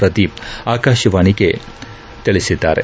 ಪ್ರದೀಪ್ ಆಕಾಶವಾಣಿಗೆ ತಿಳಿಸಿದ್ದಾರೆ